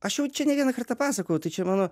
aš jau čia ne vieną kartą pasakojau tai čia mano